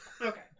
Okay